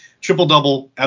triple-double